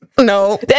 No